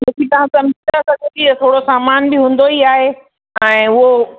छो की तव्हां समुझी था सघो की थोरी सामानु भी हूंदो ई आहे आहे उहो